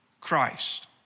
Christ